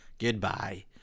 goodbye